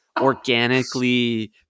organically